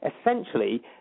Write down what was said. essentially